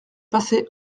passé